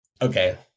Okay